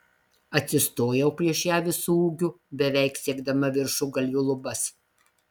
atsistojau prieš ją visu ūgiu beveik siekdama viršugalviu lubas